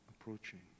approaching